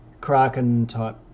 kraken-type